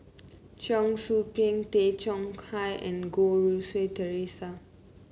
Cheong Soo Pieng Tay Chong Hai and Goh Rui Si Theresa